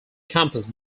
composed